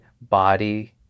body